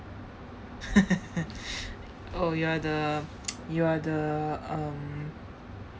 oh you are the you are the um